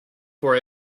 for